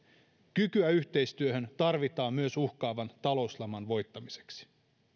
kykyä yhteistyöhön tarvitaan myös uhkaavan talouslaman voittamiseksi